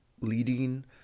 leading